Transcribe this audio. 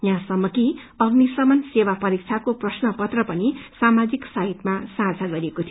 यहाँसम्म कि अग्निशमन सेवा परीक्षाको प्रश्न पत्र पनि सामाजिक साइटमा साझा गरिएको थियो